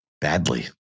badly